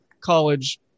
college